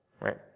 right